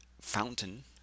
fountain